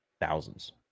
thousands